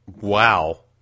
Wow